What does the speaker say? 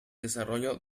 desarrollo